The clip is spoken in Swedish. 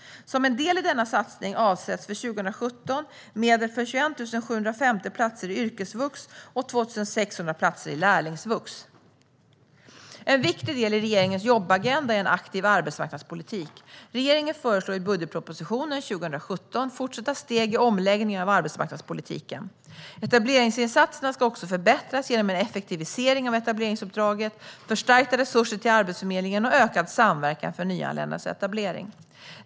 Som en del i denna satsning avsätts för 2017 medel för 21 750 platser i yrkesvux och 2 600 platser i lärlingsvux. En viktig del i regeringens jobbagenda är en aktiv arbetsmarknadspolitik. Regeringen föreslår i budgetpropositionen 2017 fortsatta steg i omläggningen av arbetsmarknadspolitiken. Etableringsinsatserna ska också förbättras genom en effektivisering av etableringsuppdraget, förstärkta resurser till Arbetsförmedlingen och ökad samverkan för nyanländas etablering.